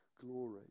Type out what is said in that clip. glory